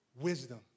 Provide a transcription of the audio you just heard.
wisdom